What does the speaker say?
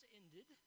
ended